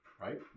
right